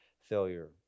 failure